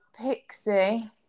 Pixie